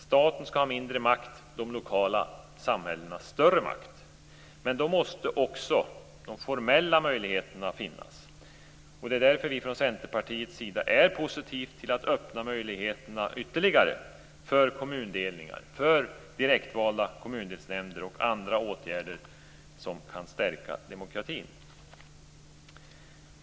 Staten skall ha mindre makt, de lokala samhällena större makt. Men då måste också de formella möjligheterna finnas. Det är därför vi från Centerpartiets sida är positiva till att öppna möjligheterna ytterligare för kommundelningar, direktvalda kommundelsnämnder och andra åtgärder som kan stärka demokratin.